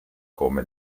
come